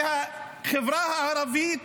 כי החברה הערבית,